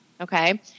okay